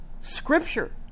Scripture